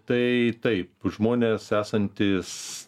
tai taip žmonės esantys